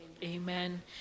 amen